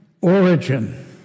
origin